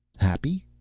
happy?